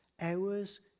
hours